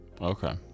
okay